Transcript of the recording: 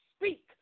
speak